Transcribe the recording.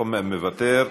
מוותר.